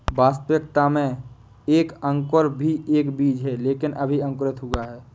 वास्तविकता में एक अंकुर भी एक बीज है लेकिन अभी अंकुरित हुआ है